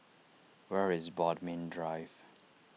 where is Bodmin Drive